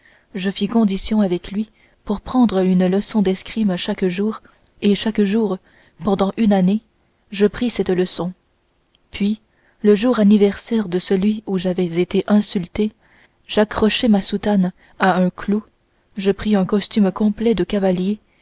je fis condition avec lui pour prendre une leçon d'escrime chaque jour et chaque jour pendant une année je pris cette leçon puis le jour anniversaire de celui où j'avais été insulté j'accrochai ma soutane à un clou je pris un costume complet de cavalier